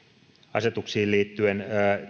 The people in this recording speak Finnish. asetuksiin liittyen